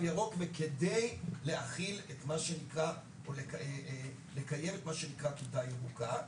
ירוק וכדי לקיים את מה שנקרא כיתה ירוקה.